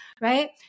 right